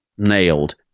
Nailed